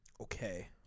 Okay